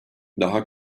daha